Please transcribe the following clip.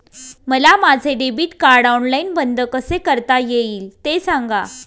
मला माझे debit card online बंद कसे करता येईल, ते सांगा